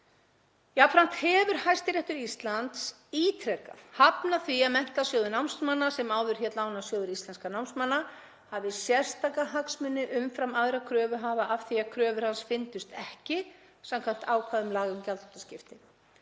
Jafnframt hefur Hæstiréttur Íslands ítrekað hafnað því að Menntasjóður námsmanna, sem áður hét Lánasjóður íslenskra námsmanna, hafi sérstaka hagsmuni umfram aðra kröfuhafa af því að kröfur hans fyrndust ekki samkvæmt ákvæðum laga um gjaldþrotaskipti.